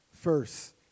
First